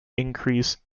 increase